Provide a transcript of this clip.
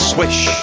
Swish